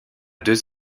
deux